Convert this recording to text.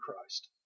christ